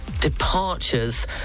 Departures